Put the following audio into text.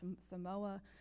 Samoa